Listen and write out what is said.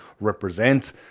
represent